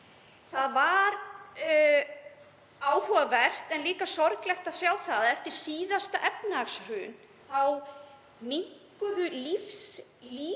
Það var áhugavert en líka sorglegt að sjá að eftir síðasta efnahagshrun þá minnkuðu lífslíkur